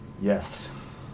Yes